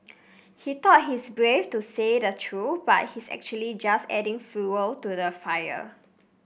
he thought he's brave for saying the truth but he's actually just adding fuel to the fire